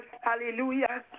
Hallelujah